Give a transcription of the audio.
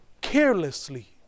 carelessly